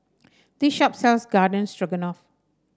this shop sells Garden Stroganoff